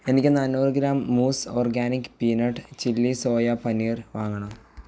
എനിക്ക് നാനൂറ് ഗ്രാം മൂസ് organic peanut chilli soya paneer വാങ്ങണം